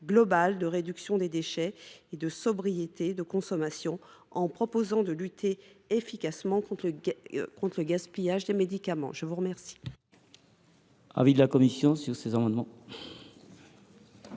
de réduction des déchets et de sobriété de la consommation, en permettant de lutter efficacement contre le gaspillage des médicaments. Quel